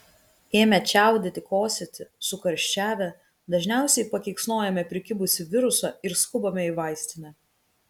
ėmę čiaudėti kosėti sukarščiavę dažniausiai pakeiksnojame prikibusį virusą ir skubame į vaistinę